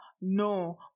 no